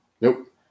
Nope